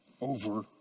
over